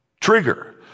trigger